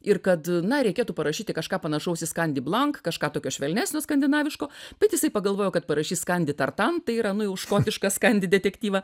ir kad na reikėtų parašyti kažką panašaus į skandiblank kažką tokio švelnesnio skandinaviško bet jisai pagalvojo kad parašys skanditartant tai yra nu škotišką skandidetektyvą